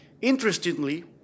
Interestingly